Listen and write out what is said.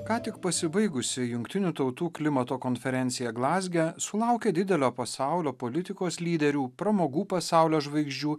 ką tik pasibaigusi jungtinių tautų klimato konferencija glazge sulaukė didelio pasaulio politikos lyderių pramogų pasaulio žvaigždžių